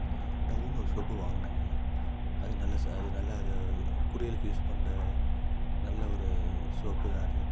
நான் டவ்வுனு ஒரு சோப்பு வாங்கினேங்க அது நல்ல அது நல்ல அது குளியலுக்கு யூஸ் பண்ணுற நல்ல ஒரு சோப்பு தான் அது